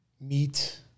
meet